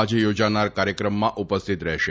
આજે યોજાનાર કાર્યક્રમમાં ઉપસ્થિત રહેશે